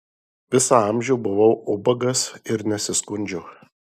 visą amžių buvau ubagas ir nesiskundžiau